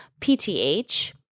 PTH